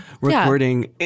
recording